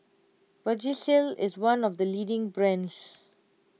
Vagisil is one of the leading brands